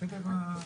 בסדר,